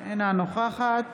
אינה נוכחת